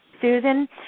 Susan